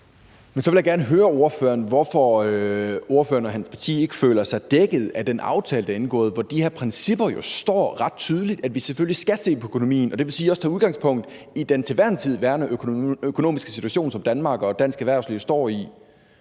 (V): Så vil jeg gerne høre ordføreren, hvorfor ordføreren og hans parti ikke føler sig dækket af den aftale, der er indgået, hvor de her principper jo står ret tydeligt, nemlig at vi selvfølgelig skal se på økonomien, og det vil sige, at også skal tage udgangspunkt i den til hver en tid værende økonomiske situation, som Danmark og dansk erhvervsliv står i.